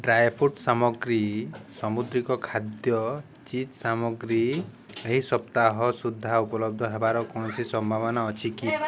dry fruit ସାମଗ୍ରୀ ସାମୁଦ୍ରିକ ଖାଦ୍ୟ ଚିଜ୍ ସାମଗ୍ରୀ ଏହି ସପ୍ତାହ ସୁଦ୍ଧା ଉପଲବ୍ଧ ହେବାର କୌଣସି ସମ୍ଭାବନା ଅଛି କି